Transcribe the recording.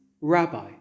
Rabbi